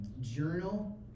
journal